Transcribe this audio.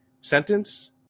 sentence